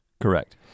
Correct